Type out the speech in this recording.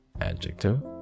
Adjective